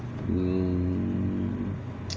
mm